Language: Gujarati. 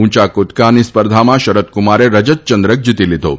ઉંચા ક્દકાની સ્પર્ધામાં શરદકુમારે રજત ચંદ્રક જીતી લીધો છે